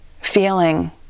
feeling